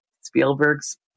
Spielberg's